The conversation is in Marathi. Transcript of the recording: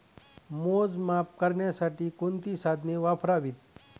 मोजमाप करण्यासाठी कोणती साधने वापरावीत?